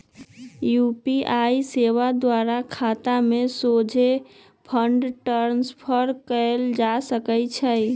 UPI सेवा द्वारा खतामें सोझे फंड ट्रांसफर कएल जा सकइ छै